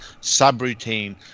subroutine